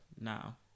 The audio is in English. now